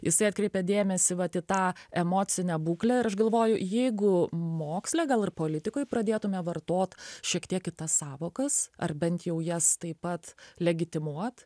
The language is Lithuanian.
jisai atkreipia dėmesį vat į tą emocinę būklę ir aš galvoju jeigu moksle gal ir politikoje pradėtume vartot šiek tiek kitas sąvokas ar bent jau jas taip pat legitimuot